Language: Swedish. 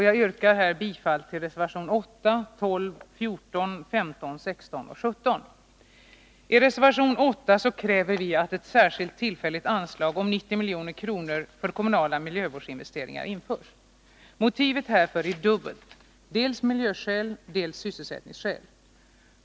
Jag yrkar bifall till reservationerna 8, 12, 14, 15, 16 och 17. I reservation 8 kräver vi att ett särskilt tillfälligt anslag om 90 milj.kr. för kommunala miljövårdsinvesteringar införs. Motivet härför är dubbelt, dels miljöskäl, dels sysselsättningsskäl.